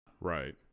Right